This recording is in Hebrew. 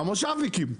המושבניקים.